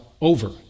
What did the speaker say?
Over